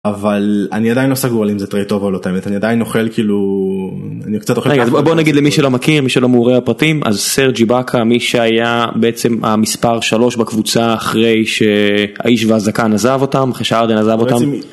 אבל אני עדיין לא סגור לי אם זה טרי טוב או לא תמיד אני עדיין אוכל כאילו אני קצת אוכל ככה בוא נגיד למי שלא מכיר מי שלא מעורה הפרטים אז סרג'י באקה מי שהיה בעצם המספר 3 בקבוצה אחרי שהאיש והזקן עזב אותם אחרי שארדן עזב אותם.